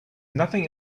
nothing